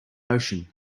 ocean